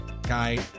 Guy